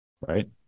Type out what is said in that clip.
right